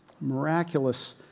miraculous